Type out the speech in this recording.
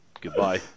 Goodbye